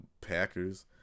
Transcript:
Packers